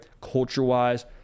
culture-wise